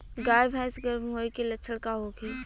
गाय भैंस गर्म होय के लक्षण का होखे?